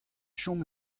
chom